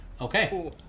Okay